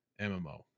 MMO